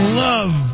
love